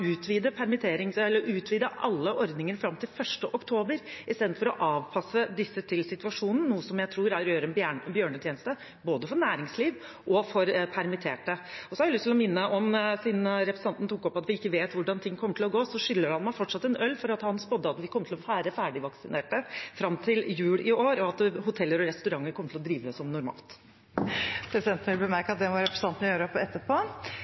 utvide alle ordninger fram til 1. oktober, istedenfor å avpasse disse til situasjonen, noe jeg tror er å gjøre både næringsliv og permitterte en bjørnetjeneste. Så har jeg lyst til å minne om, siden representanten tok opp at vi ikke vet hvordan ting kommer til å gå, at han fortsatt skylder meg en øl, for han spådde at vi kom til å være ferdigvaksinert til jul i år, og at hoteller og restauranter kom til å drive som normalt. Presidenten vil bemerke at det må representantene gjøre opp etterpå!